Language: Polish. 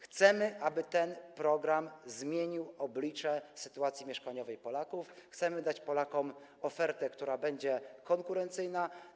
Chcemy, aby ten program zmienił oblicze tego, zmienił sytuację mieszkaniową Polaków, chcemy dać Polakom ofertę, która będzie konkurencyjna.